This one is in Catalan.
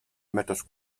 metres